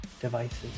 devices